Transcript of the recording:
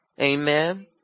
Amen